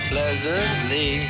Pleasantly